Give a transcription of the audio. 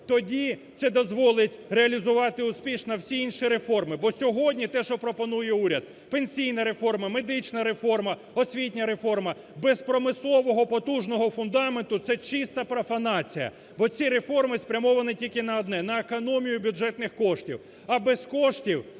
тоді це дозволить реалізувати успішно всі інші реформи, бо сьогодні те, що сьогодні пропонує уряд: пенсійна реформа, медична реформа, освітня реформа, без промислового потужного фундаменту, це чиста профанація. Бо ці реформи спрямовані тільки на одне – на економію бюджетних коштів. А без коштів